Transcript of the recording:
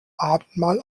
abendmahl